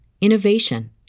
innovation